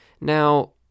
Now